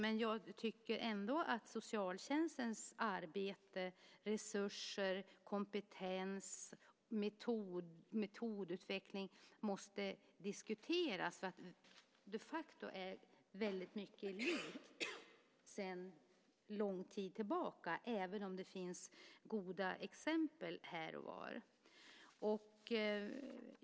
Men jag tycker ändå att socialtjänstens arbete, resurser, kompetens och metodutveckling måste diskuteras, för de facto är det väldigt mycket som är likt hur det varit sedan lång tid tillbaka, även om det finns goda exempel här och var.